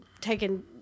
taken